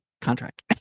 contract